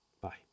Bye